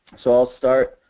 so i will start.